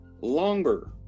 longer